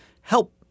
help